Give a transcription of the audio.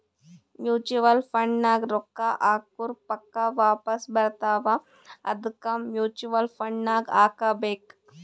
mutual fund ನಾಗ್ ರೊಕ್ಕಾ ಹಾಕುರ್ ಪಕ್ಕಾ ವಾಪಾಸ್ ಬರ್ತಾವ ಅದ್ಕೆ ಮೂಚುವಲ್ ಫಂಡ್ ನಾಗ್ ಹಾಕಬೇಕ್